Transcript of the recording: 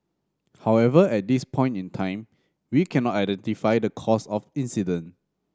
however at this point in time we cannot identify the cause of incident